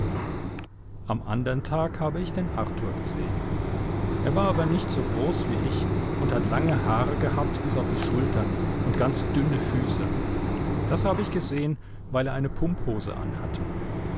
am andern tag habe ich den arthur gesehen er war aber nicht so groß wie ich und hat lange haare gehabt bis auf die schultern und ganz dünne füße das habe ich gesehen weil er eine pumphose anhatte